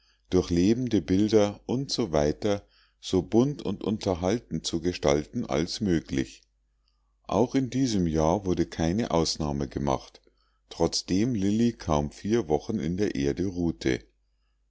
durch lebende bilder u s w so bunt und unterhaltend zu gestalten als möglich auch in diesem jahre wurde keine ausnahme gemacht trotzdem lilli kaum vier wochen in der erde ruhte